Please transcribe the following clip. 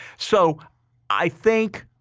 so i think,